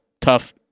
Tough